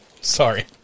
Sorry